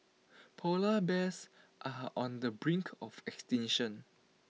Polar Bears are on the brink of extinction